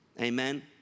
amen